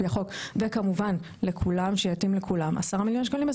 החוק וכמובן שיתאים לכולם 10 מיליון שקלים,